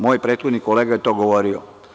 Moj prethodni kolega je to govorio.